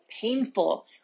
painful